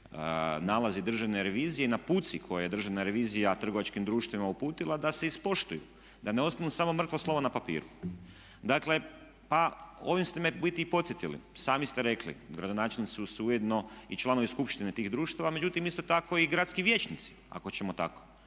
nalazi Državne revizije i naputci koje je Državna revizija trgovačkim društvima uputila da se ispoštuju, da ne ostanu samo mrtvo slovo na papiru. Dakle, pa ovim ste me u biti i podsjetili, sami ste rekli gradonačelnici su ujedno i članovi skupštine tih društava međutim isto tako i gradski vijećnici ako ćemo tako.